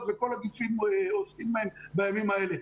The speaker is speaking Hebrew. וכל הגופים עוסקים בהם בימים האלה.